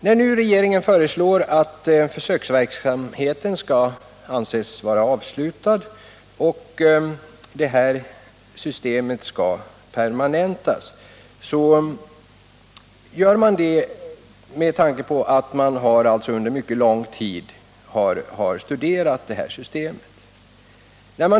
När nu regeringen föreslår att försöksverksamheten med allmän differentierad hastighetsbegränsning skall anses vara avslutad och att systemet skall permanentas, så är det med tanke på att man under mycket lång tid har studerat detta system.